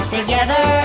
Together